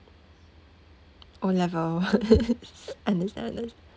o level understand understand